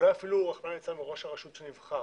ואולי אפילו רחמנא לצלן של ראש הרשות שנבחר,